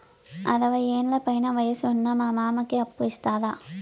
అరవయ్యేండ్ల పైన వయసు ఉన్న మా మామకి అప్పు ఇస్తారా